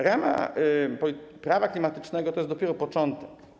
Rama prawa klimatycznego to jest dopiero początek.